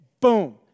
Boom